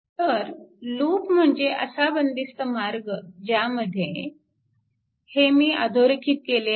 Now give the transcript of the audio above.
तर लूप म्हणजे असा बंदिस्त मार्ग ज्यामध्ये हे मी अधोरेखित केले आहे